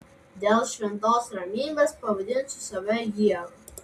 dėl šventos ramybės pavadinsiu save ieva